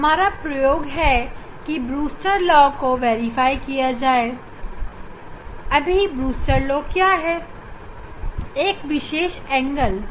हमारा प्रयोग का लक्ष्य ब्रूस्टर लॉ को सत्यापित करना और कांच की रिफ्रैक्टिव इंडेक्स को पता लगाना है